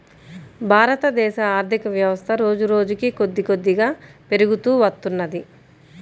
భారతదేశ ఆర్ధికవ్యవస్థ రోజురోజుకీ కొద్దికొద్దిగా పెరుగుతూ వత్తున్నది